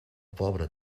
pobra